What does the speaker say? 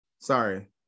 Sorry